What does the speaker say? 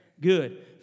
good